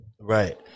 Right